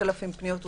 5,000 פניות,